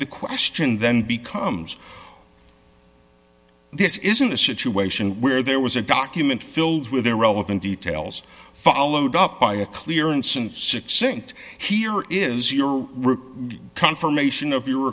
the question then becomes this isn't a situation where there was a document filled with irrelevant details followed up by a clearance and succinct here is your route confirmation of your